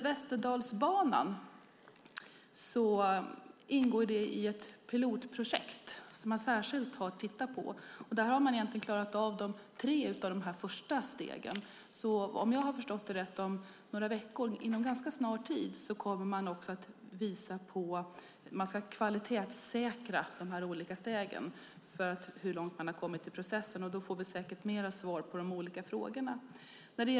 Västerdalsbanan ingår i ett pilotprojekt som man har tittat särskilt på. Där har man egentligen klarat av tre av de första stegen. Om jag har förstått det rätt kommer man inom en ganska snar tid att visa på hur man ska kvalitetssäkra de olika stegen när det gäller hur långt man har kommit i processen. Då får vi säkert mer svar på de olika frågorna.